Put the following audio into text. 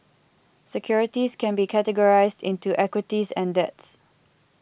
securities can be categorized into equities and debts